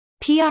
PR